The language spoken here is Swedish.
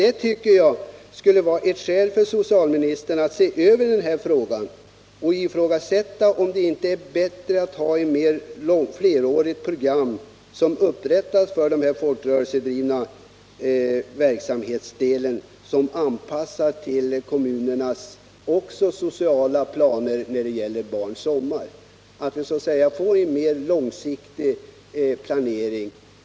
Det tycker jag skulle vara et: skäl för socialministern att se över denna fråga och ifrågasätta om det inte är bättre att ha ett flerårigt program upprättat för den här folkrörelsedrivna verksamhetsdelen, som är anpassat till kommunernas sociala planer när det gäller barns sommar, med andra ord att vi får en mer långsiktig planering.